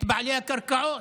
את בעלי הקרקעות.